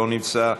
לא נמצא,